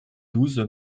douze